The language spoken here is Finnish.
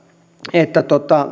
että